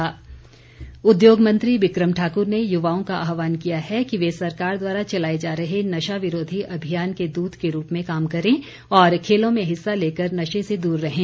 बिक्रम ठाकुर उद्योग मंत्री बिक्रम ठाकुर ने युवाओं का आहवान किया कि वे सरकार द्वारा चलाए जा रहे नशा विरोधी अभियान के दूत के रूप में काम करें और खेलों में हिस्सा लेकर नशे से दूर रहें